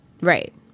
right